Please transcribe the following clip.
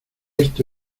esto